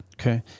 Okay